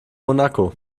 monaco